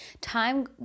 Time